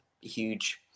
huge